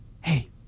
hey